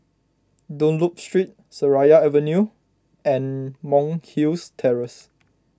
Dunlop Street Seraya Avenue and Monk's Hill Terrace